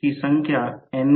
मूलत निरंतर वेग आहे